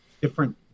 different